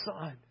son